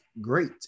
great